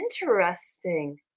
interesting